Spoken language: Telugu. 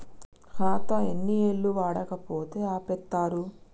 ఖాతా ఎన్ని ఏళ్లు వాడకపోతే ఆపేత్తరు?